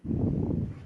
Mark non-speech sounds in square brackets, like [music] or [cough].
[breath]